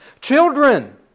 Children